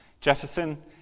Jefferson